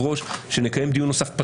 שנקיים דיון נוסף,